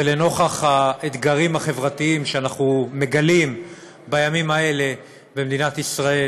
לנוכח האתגרים החברתיים שאנחנו מגלים בימים האלה במדינת ישראל: